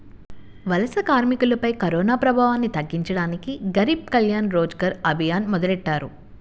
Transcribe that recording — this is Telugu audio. వలస కార్మికులపై కరోనాప్రభావాన్ని తగ్గించడానికి గరీబ్ కళ్యాణ్ రోజ్గర్ అభియాన్ మొదలెట్టారు